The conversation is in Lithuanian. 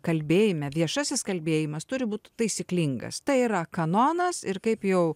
kalbėjime viešasis kalbėjimas turi būt taisyklingas tai yra kanonas ir kaip jau